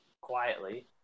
quietly